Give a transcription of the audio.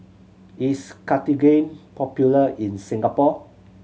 is Cartigain popular in Singapore